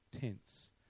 tense